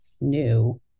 new